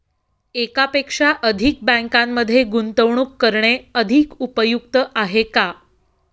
एकापेक्षा अधिक बँकांमध्ये गुंतवणूक करणे अधिक उपयुक्त आहे का?